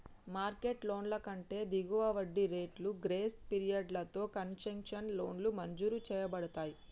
market లోన్ల కంటే దిగువ వడ్డీ రేట్లు, గ్రేస్ పీరియడ్లతో కన్సెషనల్ లోన్లు మంజూరు చేయబడతయ్